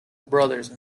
brothers